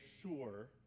sure